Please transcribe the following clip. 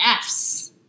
Fs